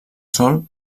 sol